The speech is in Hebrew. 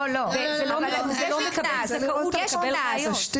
לא מקבל זכאות, מקבל ראיות.